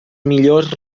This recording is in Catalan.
millors